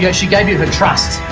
yeah she gave you her trust!